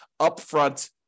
upfront